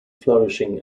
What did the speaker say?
flourishing